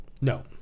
No